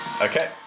Okay